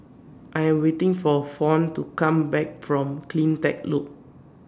I Am waiting For Fawn to Come Back from CleanTech Loop